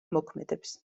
მოქმედებს